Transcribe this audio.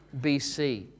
BC